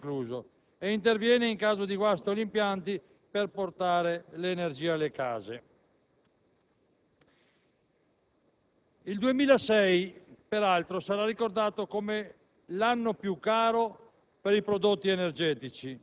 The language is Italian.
Nel mercato libero le imprese di vendita al dettaglio acquistano l'energia elettrica all'ingrosso per venderla ai propri clienti, inviano le bollette per il pagamento del servizio e garantiscono ai clienti le prestazioni commerciali indicate nel contratto.